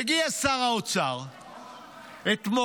מגיע שר האוצר אתמול,